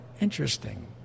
Interesting